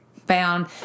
Found